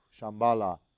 Shambhala